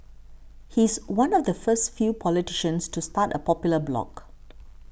he's one of the first few politicians to start a popular blog